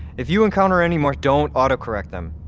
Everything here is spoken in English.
if you encounter any more, don't auto-correct them.